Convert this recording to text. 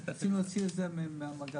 רצינו להוציא את זה מהמגדלים,